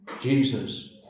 Jesus